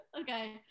Okay